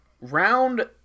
round